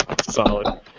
Solid